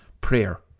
Prayer